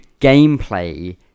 gameplay